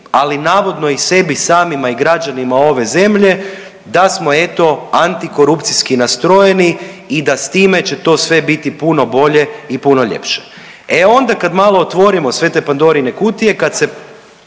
ali navodno i sebi samima i građanima ove zemlje da smo eto antikorupcijski nastrojeni i da s time će to sve biti puno bolje i puno ljepše. E onda kad malo otvorimo sve te Pandorine kutije kad se